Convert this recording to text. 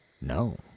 no